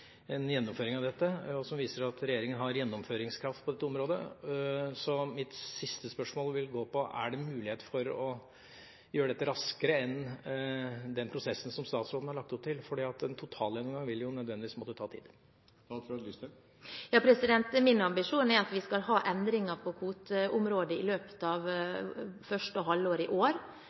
en gjennomføring som viser at regjeringa har gjennomføringskraft på dette området. Mitt siste spørsmål er: Er det mulighet for å gjøre dette raskere enn den prosessen statsråden har lagt opp til? En totalgjennomgang vil nødvendigvis ta tid. Min ambisjon er at vi skal ha endringer på kvoteområdet i løpet av første halvår i år,